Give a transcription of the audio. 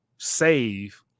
save